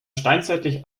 steinzeitlich